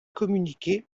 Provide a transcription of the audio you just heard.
communiqué